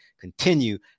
continue